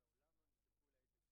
אני שואלת על נשים הרות.